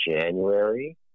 january